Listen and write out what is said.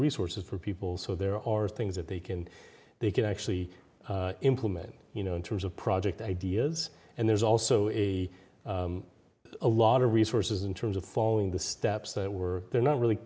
resources for people so there are things that they can they can actually implement you know in terms of project ideas and there's also a a lot of resources in terms of following the steps that were there not really